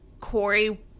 Corey